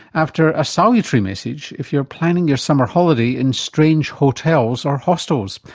after a salutatory message if you're planning your summer holiday in strange hotels or hostels.